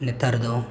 ᱱᱮᱛᱟᱨ ᱫᱚ